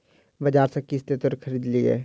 बजार सॅ किछ तेतैर खरीद लिअ